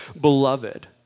beloved